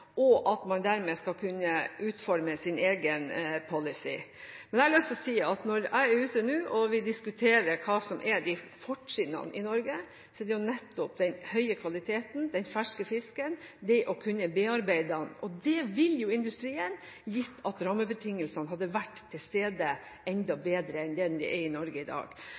og at man dermed skal kunne utforme sin egen policy. Men jeg har lyst til å si at når jeg er ute nå og diskuterer hva som er fortrinnene i Norge, er det nettopp den høye kvaliteten, den ferske fisken, det å kunne bearbeide den. Det vil industrien, gitt at rammebetingelsene hadde vært til stede enda mer enn det de er i Norge i dag.